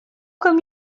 come